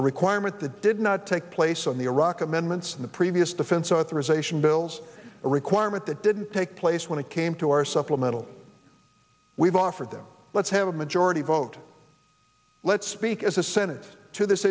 a requirement that did not take place on the iraq amendments in the previous defense authorization bill a requirement that didn't take place when it came to our supplemental we've offered them let's have a majority vote let's speak as a senate to this